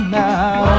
now